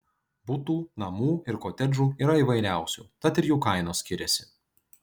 butų namų ir kotedžų yra įvairiausių tad ir jų kainos skiriasi